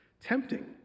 tempting